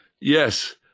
Yes